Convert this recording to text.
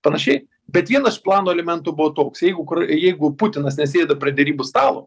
panašiai bet vienas iš plano elementų buvo toks jeigu ukr jeigu putinas nesėda prie derybų stalo